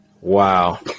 Wow